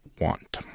want